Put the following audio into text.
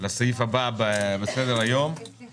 הישיבה ננעלה בשעה 09:35.